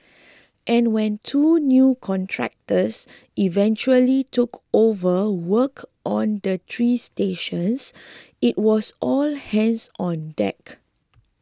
and when two new contractors eventually took over work on the three stations it was all hands on deck